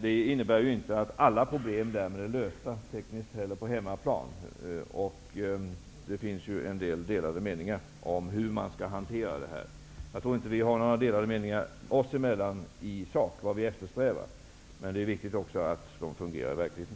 Men inte heller på hemmaplan är alla tekniska problem lösta. Det finns delade meningar om hur det här skall hanteras. Jag tror inte att Jan Jennehag och jag har några delade meningar när det gäller vad vi i sak eftersträvar. Men det är viktigt att det fungerar i verkligheten.